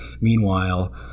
Meanwhile